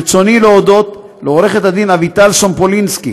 ברצוני להודות לעו"ד אביטל סומפולינסקי